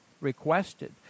requested